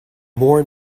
more